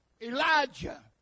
Elijah